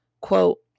Quote